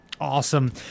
Awesome